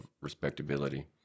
respectability